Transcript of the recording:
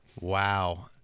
Wow